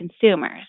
consumers